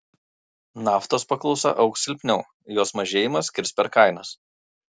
naftos paklausa augs silpniau jos mažėjimas kirs per kainas